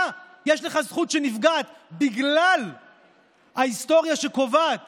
אתה, יש לך זכות שנפגעת בגלל ההיסטוריה שקובעת